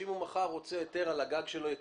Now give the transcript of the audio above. שאם מחר אדם ירצה היתר להציב אנטנה על הגג שלו הוא יקבל,